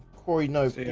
cory knows